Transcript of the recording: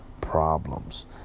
problems